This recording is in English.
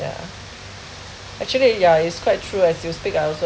ya actually ya is quite true as you speak I also